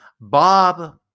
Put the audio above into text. Bob